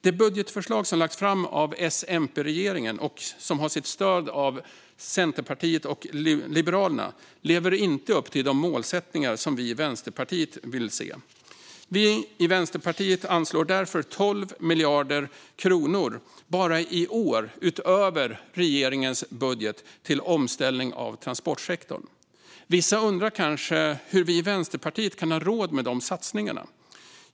Det budgetförslag som lagts fram av S-MP-regeringen och som har stöd av Centerpartiet och Liberalerna lever inte upp till de målsättningar som vi i Vänsterpartiet vill se. Vi i Vänsterpartiet anslår därför 12 miljarder kronor bara i år utöver regeringens budget till omställning av transportsektorn. Vissa undrar kanske hur vi i Vänsterpartiet kan ha råd med de satsningarna.